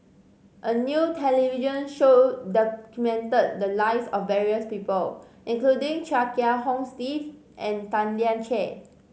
a new television show documented the lives of various people including Chia Kiah Hong Steve and Tan Lian Chye